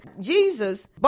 Jesus